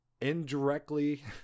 indirectly